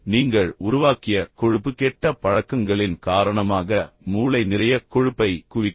நீங்கள் உருவாக்கிய கொழுப்பு கெட்ட பழக்கங்களின் காரணமாக மூளை நிறைய கொழுப்பைக் குவிக்கிறது